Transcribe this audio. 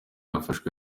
yafashwe